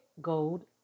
gold